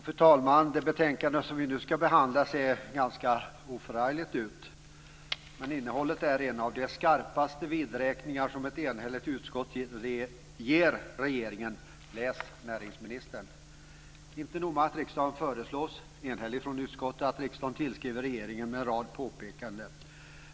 Fru talman! Det betänkande som vi nu ska behandla ser ganska oförargligt ut. Det innehåller dock en skarp vidräkning från ett enhälligt utskott med regeringen - läs: näringsministern. Ett enhälligt utskott föreslår att riksdagen tillskriver regeringen med en rad påpekanden.